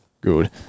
Good